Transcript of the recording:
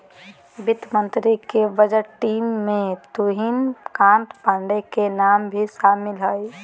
वित्त मंत्री के बजट टीम में तुहिन कांत पांडे के नाम भी शामिल हइ